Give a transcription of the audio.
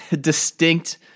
distinct